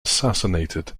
assassinated